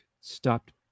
stopped